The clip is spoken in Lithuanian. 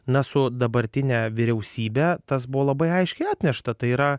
na su dabartine vyriausybe tas buvo labai aiškiai atnešta tai yra